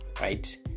right